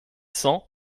cents